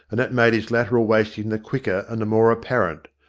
and that made his lateral wasting the quicker and the more apparent.